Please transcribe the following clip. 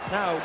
Now